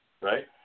right